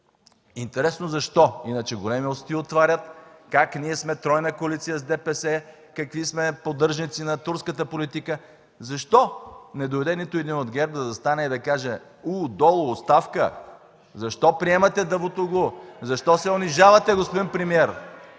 Интересно защо, иначе големи усти отварят как ние сме тройна коалиция с ДПС, какви сме поддръжници на турската политика. Защо не дойде нито един от ГЕРБ да каже „У-у-у, долу, оставка!”, защо приемате Давутоглу? Защо се унижавате, господин премиер?